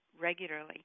regularly